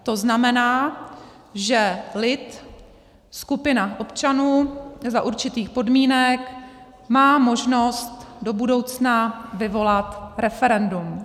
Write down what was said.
To znamená, že lid, skupina občanů za určitých podmínek má možnost do budoucna vyvolat referendum.